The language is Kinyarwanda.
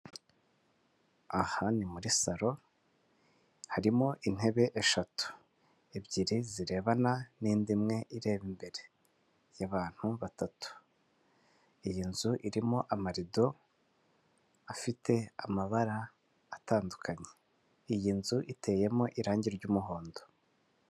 Aha ni muri salo harimo intebe eshatu, ebyiri zirebana n'indi imwe ireba imbere y'abantu batatu iyi nzu irimo amarido afite amabara atandukanye, iyi nzu iteyemo irangi ry'umuhondo.